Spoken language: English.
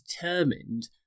determined